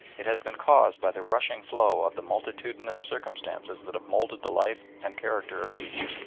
it has been caused by the rushing flow of the multitudinous circumstances that have moulded the life and character of each,